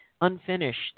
unfinished